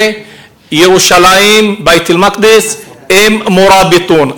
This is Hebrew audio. וירושלים, בית אל-מקדס, הם "מוראביטון".